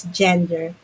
gender